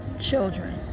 children